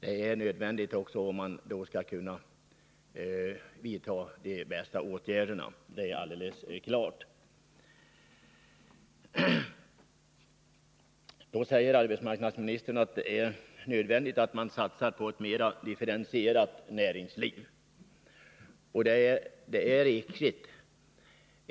En sådan kunskap är också nödvändig om han skall kunna vidta de bästa åtgärderna — det är alldeles klart. Arbetsmarknadsministern säger att det är nödvändigt att satsa på ett mera differentierat näringsliv, och det är riktigt.